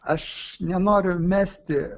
aš nenoriu mesti